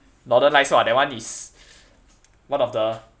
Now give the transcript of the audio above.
northern lights !wah! that one is one of the